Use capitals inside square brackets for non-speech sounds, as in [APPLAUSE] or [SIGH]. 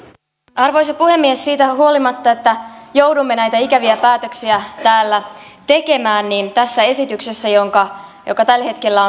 arvoisa puhemies siitä huolimatta että joudumme näitä ikäviä päätöksiä täällä tekemään tässä esityksessä joka tällä hetkellä [UNINTELLIGIBLE]